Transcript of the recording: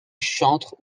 chantres